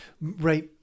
right